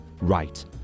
Right